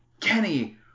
Kenny